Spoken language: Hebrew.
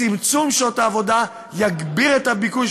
צמצום מספר שעות העבודה יגביר את הביקוש